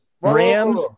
Rams